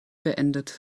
beendet